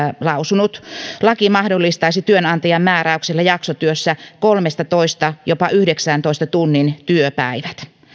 lausunut laki mahdollistaisi työnantajan määräyksellä jaksotyössä kolmentoista viiva yhdeksäntoista tunnin työpäivät